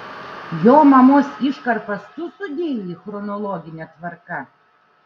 jo mamos iškarpas tu sudėjai chronologine tvarka